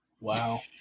Wow